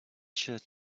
shirt